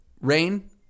Rain